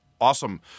awesome